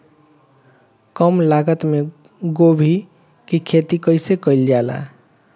कम लागत मे गोभी की खेती कइसे कइल जाला?